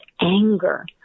anger